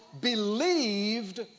believed